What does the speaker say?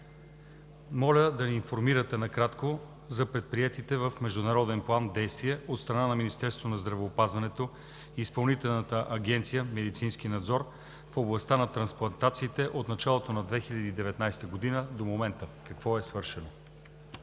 моля да ни информирате накратко за предприетите в международен план действия от страна на Министерството на здравеопазването и Изпълнителна агенция „Медицински надзор“ в областта на трансплантациите от началото на 2019 г. до момента – какво е свършено.